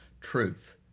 truth